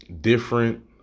different